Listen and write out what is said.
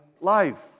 life